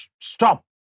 stop